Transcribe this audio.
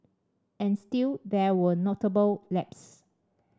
and still there were notable lapses